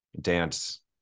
dance